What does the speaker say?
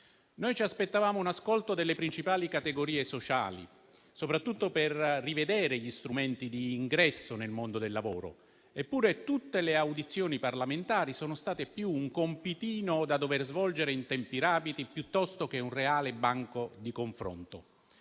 Ci aspettavamo l'ascolto delle principali categorie sociali soprattutto per rivedere gli strumenti di ingresso nel mondo del lavoro. Eppure, tutte le audizioni parlamentari sono state più un compitino da dover svolgere in tempi rapidi che un reale banco di confronto.